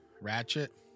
Ratchet